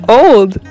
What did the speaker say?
old